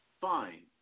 fine